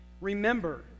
Remember